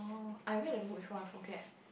oh I read the book before I forget